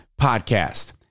Podcast